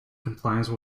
compliance